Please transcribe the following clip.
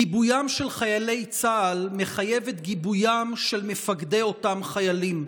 גיבוים של חיילי צה"ל מחייב את גיבוים של מפקדי אותם חיילים,